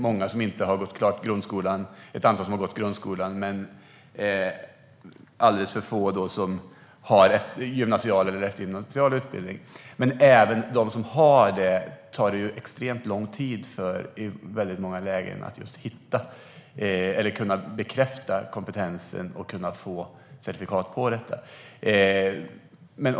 Många har inte gått klart grundskolan, ett antal har gått grundskolan, men alldeles för få har läst en gymnasial utbildning. Men även för dem som har det tar det i många lägen extremt lång tid att hitta eller kunna bekräfta kompetensen och få certifikat på detta.